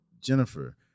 Jennifer